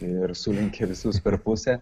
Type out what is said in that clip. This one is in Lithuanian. ir sulenkė visus per pusę